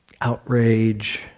outrage